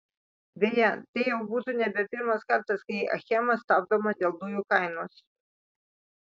beje tai jau būtų nebe pirmas kartas kai achema stabdoma dėl dujų kainos